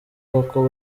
koko